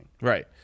Right